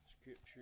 scripture